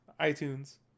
iTunes